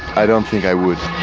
i don't think i would.